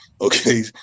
Okay